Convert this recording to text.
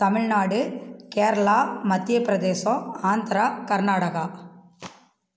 தமிழ்நாடு கேரளா மத்திய பிரதேசம் ஆந்திரா கர்நாடகா